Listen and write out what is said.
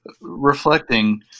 reflecting